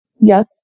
Yes